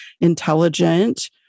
intelligent